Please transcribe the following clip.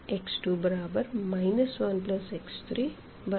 यानी कि x2 1x31